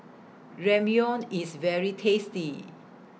Ramyeon IS very tasty